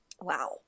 Wow